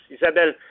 Isabel